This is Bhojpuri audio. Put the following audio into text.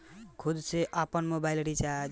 खुद से आपनमोबाइल रीचार्ज कर सकिले त कइसे करे के होई?